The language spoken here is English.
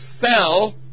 fell